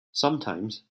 sometimes